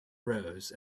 rose